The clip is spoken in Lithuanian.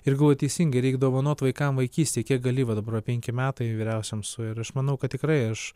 ir galvoju teisingai reik dovanot vaikam vaikystę kiek gali va dabar va penki metai vyriausiam suėjo ir aš manau kad tikrai aš